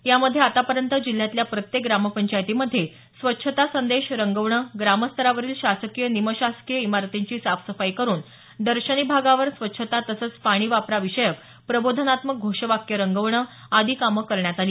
यामध्ये आतापर्यंत जिल्ह्यातल्या प्रत्येक ग्रामपंचायतीमध्ये स्वच्छता संदेश रंगवणं ग्रामस्तरावरील शासकीय निमशासकीय इमारतींची साफसफाई करून दर्शनी भागावर स्वच्छता तसंच पाणी वापरा विषयक प्रबोधनात्मक घोषवाक्य रंगवणं आदी कामं करण्यात आली